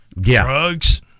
drugs